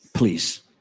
Please